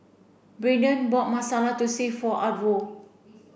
Braiden bought Masala Thosai for Arvo